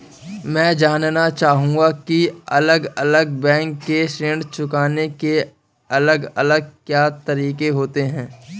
मैं जानना चाहूंगा की अलग अलग बैंक के ऋण चुकाने के अलग अलग क्या तरीके होते हैं?